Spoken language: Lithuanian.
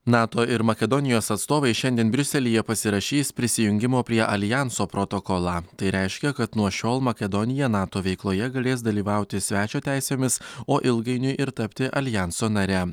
nato ir makedonijos atstovai šiandien briuselyje pasirašys prisijungimo prie aljanso protokolą tai reiškia kad nuo šiol makedonija nato veikloje galės dalyvauti svečio teisėmis o ilgainiui ir tapti aljanso nare